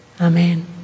Amen